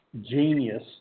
genius